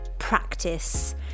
practice